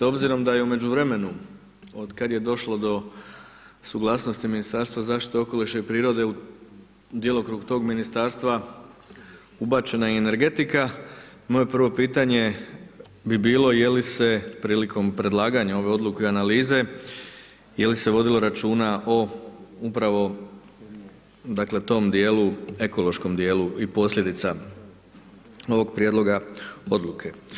Obzirom da je u međuvremenu od kada je došlo do suglasnosti Ministarstva zaštite okoliša i prirode u djelokrug tog ministarstva ubačena je i energetika, moje prvo pitanje bi bilo jeli se prilikom predlaganja ove odluke i analize, jeli se vodilo računa o upravo tom ekološkom dijelu i posljedica ovog prijedloga oluke?